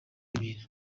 ebyiri